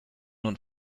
nun